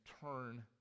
turn